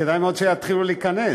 כדאי מאוד שיתחילו להיכנס.